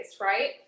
right